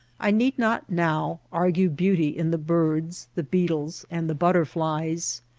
i need not now argue beauty in the birds, the beetles, and the butterflies.